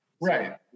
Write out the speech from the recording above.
Right